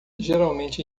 geralmente